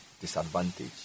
disadvantage